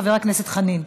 חבר הכנסת חנין.